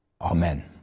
amen